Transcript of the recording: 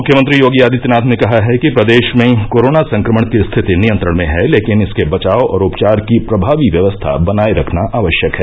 मुख्यमंत्री योगी आदित्यनाथ ने कहा कि प्रदेश में कोरोना संक्रमण की स्थिति नियंत्रण में है लेकिन इसके बचाव और उपचार की प्रभावी व्यवस्था बनाए रखना आवश्यक है